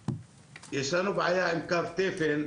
יש לנו בעיה עם קו תפן,